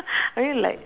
relax